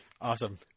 Awesome